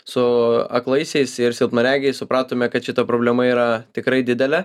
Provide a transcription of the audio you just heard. su aklaisiais ir silpnaregiais supratome kad šita problema yra tikrai didelė